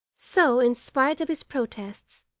so, in spite of his protests,